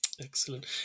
Excellent